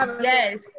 Yes